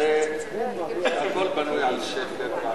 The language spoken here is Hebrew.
הרי הכול בנוי על שקר.